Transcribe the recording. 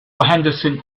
henderson